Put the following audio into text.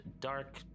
Dark